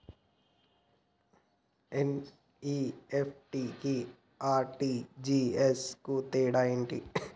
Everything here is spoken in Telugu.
ఎన్.ఇ.ఎఫ్.టి కి ఆర్.టి.జి.ఎస్ కు తేడా ఏంటిది?